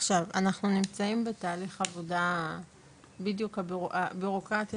אנחנו נמצאים בתהליך עבודה בדיוק הבירוקרטיה